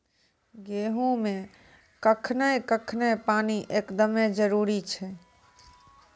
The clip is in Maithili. गेहूँ मे कखेन कखेन पानी एकदमें जरुरी छैय?